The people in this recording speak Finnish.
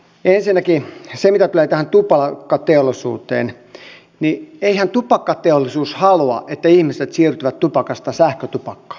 ensinnäkin mitä tulee tähän tupakkateollisuuteen niin eihän tupakkateollisuus halua että ihmiset siirtyvät tupakasta sähkötupakkaan